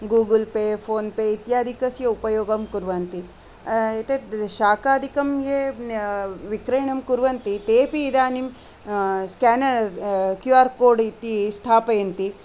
Google Pay PhonePe इत्यादिकस्य उपयोगं कुर्वन्ति एतद् शाखादिकं ये विक्रयणं कुर्वन्ति तेपि इदानीं स्क्यानर् क्यू आर् कोड् इति स्थापयन्ति